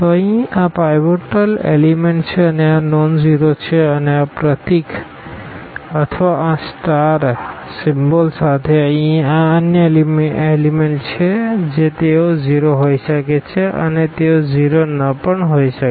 તો અહીં આ પાઈવોટલ એલીમેન્ટ છે અને તે નોનઝીરો છે અને આ સિમ્બોલ અથવા આ સ્ટાર સાથે અહીં આ તે અન્ય એલીમેન્ટ છે જે તેઓ 0 હોઈ શકે છે અને તેઓ 0 ન પણ હોઈ શકે